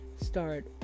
start